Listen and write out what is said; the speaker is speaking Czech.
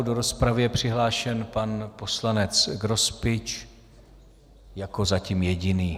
Do rozpravy je přihlášen pan poslanec Grospič jako zatím jediný.